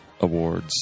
awards